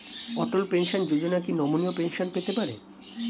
অটল pension Yojana কি নমনীয় pension পেতে পারে?